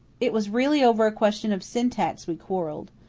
it was really over a question of syntax we quarrelled.